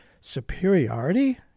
superiority